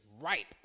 ripe